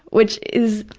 which is